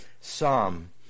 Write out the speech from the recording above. psalm